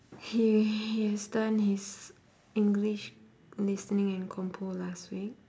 he he has done his english listening and compo last week